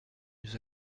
nous